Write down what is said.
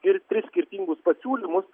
ir tris skirtingus pasiūlymus